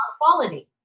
quality